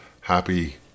happy